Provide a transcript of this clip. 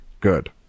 good